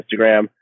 Instagram